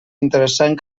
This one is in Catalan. interessant